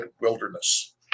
wilderness